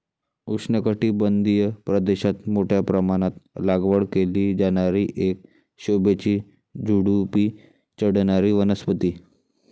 उष्णकटिबंधीय प्रदेशात मोठ्या प्रमाणात लागवड केली जाणारी एक शोभेची झुडुपी चढणारी वनस्पती